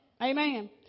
Amen